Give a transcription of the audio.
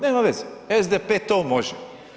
Nema veze, SDP to može.